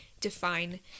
define